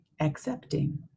accepting